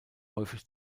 häufig